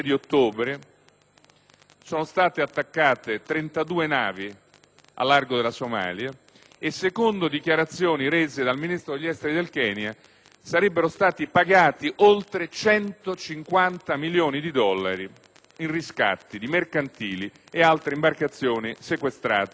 sono state attaccate 32 navi al largo dellaSomalia e, secondo dichiarazioni rese dal Ministro degli esteri del Kenya, sarebbero stati pagati oltre 150 milioni di dollari in riscatti di mercantili e altre imbarcazioni sequestrate negli ultimi mesi.